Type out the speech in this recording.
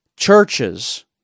Churches